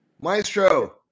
Maestro